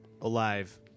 alive